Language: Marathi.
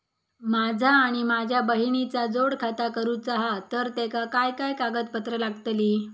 माझा आणि माझ्या बहिणीचा जोड खाता करूचा हा तर तेका काय काय कागदपत्र लागतली?